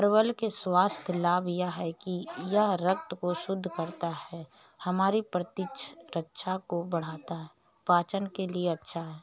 परवल के स्वास्थ्य लाभ यह हैं कि यह रक्त को शुद्ध करता है, हमारी प्रतिरक्षा को बढ़ाता है, पाचन के लिए अच्छा है